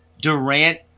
Durant